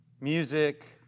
music